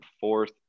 fourth